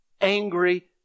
angry